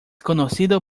conocido